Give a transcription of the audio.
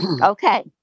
Okay